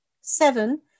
seven